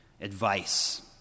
advice